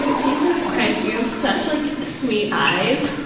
jesus christ, you have such like sweet eyes.